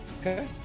Okay